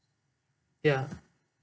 ya